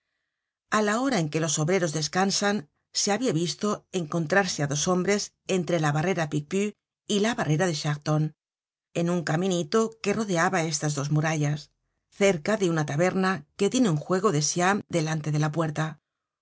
a la hora en que los obreros descansan se habia visto encontrarse á dos hombres entre la barrera picpus y la barrera charenton en un caminito que rodeaba estas dos murallas cerca de una taberna que tiene un juego de siam delante de la puerta